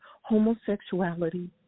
homosexuality